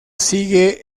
sigue